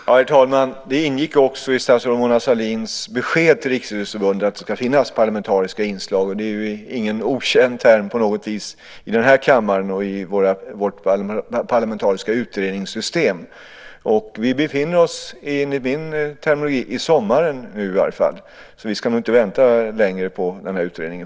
Herr talman! Det ingick också i statsrådet Mona Sahlins besked till Riksidrottsförbundet att det ska finnas parlamentariska inslag. Det är ju ingen okänd term på något vis i den här kammaren och i vårt parlamentariska utredningssystem. Vi befinner oss, enligt min terminologi, i sommaren i alla fall. Vi ska nog faktiskt inte vänta längre på den här utredningen.